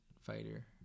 fighter